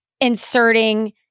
inserting